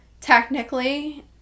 technically